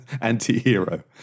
anti-hero